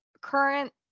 current